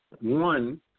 One